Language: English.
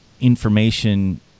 information